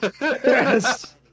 Yes